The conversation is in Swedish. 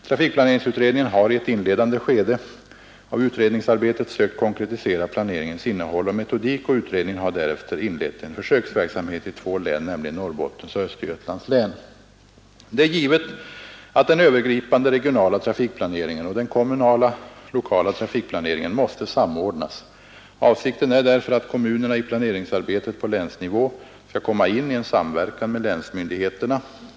Trafikplaneringsutredningen har i ett inledande skede av utredningsarbetet sökt konkretisera planeringens innehåll och metodik. Utredningen har därefter inlett en försöksverksamhet i två län, nämligen Norrbottens och Östergötlands län. Det är givet att den övergripande regionala trafikplaneringen och den kommunala lokala trafikplaneringen måste samordnas. Avsikten är därför att kommunerna i planeringsarbetet på länsnivå skall komma in i en samverkan med länsmyndigheterna.